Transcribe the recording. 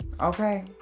Okay